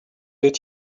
did